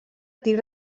tir